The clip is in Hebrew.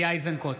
גדי איזנקוט,